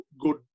good